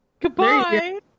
goodbye